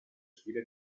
stile